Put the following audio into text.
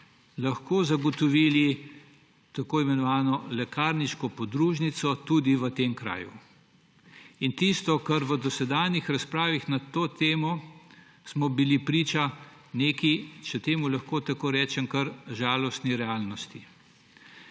lahko zagotovili tako imenovano lekarniško podružnico tudi v tem kraju. V dosedanjih razpravah na to temo smo bili priča neki, če temu lahko tako rečem, kar žalostni realnosti.